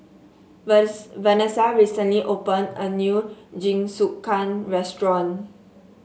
Vanesa recently opened a new Jingisukan restaurant